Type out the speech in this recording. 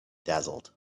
dazzled